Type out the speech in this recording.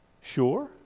sure